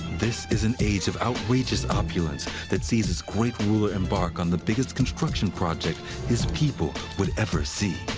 this is an age of outrageous opulence that sees its great ruler embark on the biggest construction project his people would ever see.